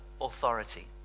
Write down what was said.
authority